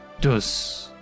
dus